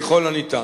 ככל הניתן.